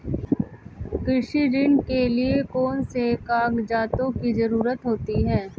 कृषि ऋण के लिऐ कौन से कागजातों की जरूरत होती है?